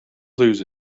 lose